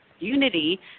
unity